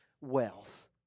wealth